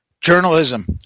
journalism